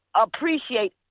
appreciate